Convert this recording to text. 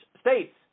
states